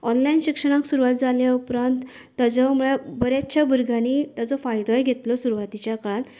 online शिक्षणाक सुरवात जाल्या उपरांत ताजे म्हळ्यार बरेंचशे भुरग्यांनीं ताजो फायदोय घेतलो सुरवातीच्या काळार